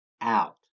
out